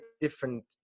different